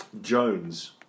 Jones